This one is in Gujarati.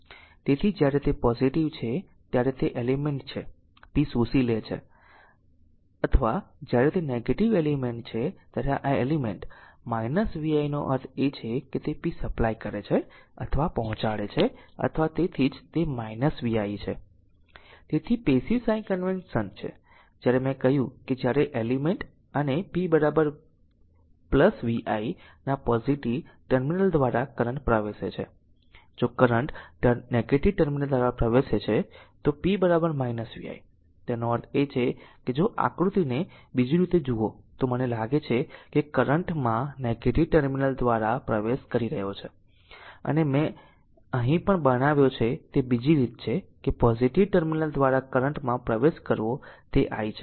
તેથી જ્યારે તે પોઝીટીવ છે ત્યારે તે એલિમેન્ટ છે p શોષી લે છે અથવા જ્યારે તે નેગેટીવ એલિમેન્ટ છે ત્યારે આ એલિમેન્ટ vi નો અર્થ છે કે તે p સપ્લાય કરે છે અથવા પહોંચાડે છે અથવા તેથી જ તે vi છે તેથી પેસીવ સાઈન કન્વેશન છે જ્યારે મેં કહ્યું કે જ્યારે એલિમેન્ટ અને p vi ના પોઝીટીવ ટર્મિનલ દ્વારા કરંટ પ્રવેશે છે જો કરંટ નેગેટીવ ટર્મિનલ દ્વારા પ્રવેશે છે તો p vi તેનો અર્થ એ છે કે જો આકૃતિને બીજી રીતે જુઓ તો મને લાગે છે કે તે કરંટ માં નેગેટીવ ટર્મિનલ દ્વારા પ્રવેશ કરી રહ્યો છે અને મેં અહીં પણ બનાવ્યો છે તે બીજી રીત છે કે પોઝીટીવ ટર્મિનલ દ્વારા કરંટ માં પ્રવેશ કરવો તે i છે